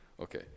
Okay